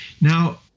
Now